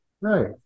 Right